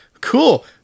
Cool